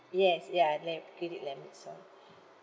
yes ya lim~ credit limit sorry